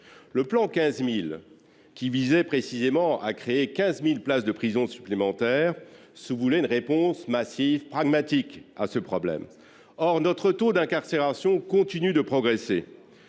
Le plan « 15 000 places », qui visait à créer 15 000 places de prison supplémentaires se voulait une réponse massive, pragmatique, à ce problème. Or notre taux d’incarcération continue d’augmenter.